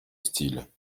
styles